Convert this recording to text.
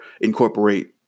incorporate